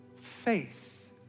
faith